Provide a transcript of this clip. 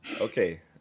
Okay